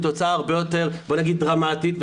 היא תוצאה הרבה יותר בוא נגיד דרמטית,